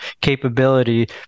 capability